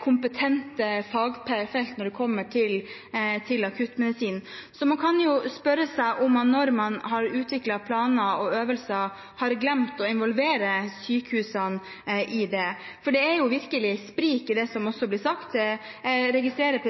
kompetente fagfelt når det kommer til akuttmedisin. Man kan jo spørre seg om man, når man har utviklet planer og øvelser, har glemt å involvere sykehusene i det. For det er jo virkelig et sprik i det som blir sagt. Jeg registrerer